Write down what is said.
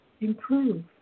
improve